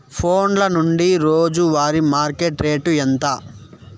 ఫోన్ల నుండి రోజు వారి మార్కెట్ రేటు ఎంత?